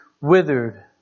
withered